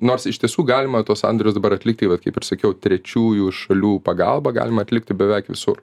nors iš tiesų galima tuos sandorius dabar atlikti vat kaip ir sakiau trečiųjų šalių pagalba galima atlikti beveik visur